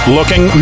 Looking